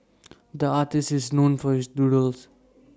the artist is known for his doodles